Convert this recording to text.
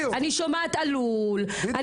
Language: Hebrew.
שומעת עלול,